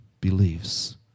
believes